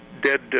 dead